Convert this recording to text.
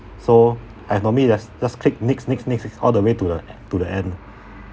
so I've normally just just click next next next next all the way to the to the end